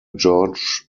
george